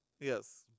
Yes